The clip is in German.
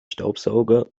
staubsauger